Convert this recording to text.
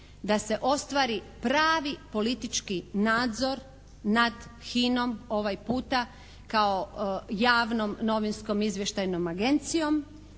da se ostvari pravi politički nadzor nad HINA-om ovaj puta kao javnom novinskom izvještajnom agencijom,